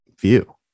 view